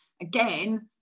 again